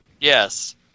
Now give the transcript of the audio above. Yes